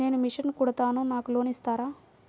నేను మిషన్ కుడతాను నాకు లోన్ ఇస్తారా?